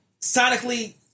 Sonically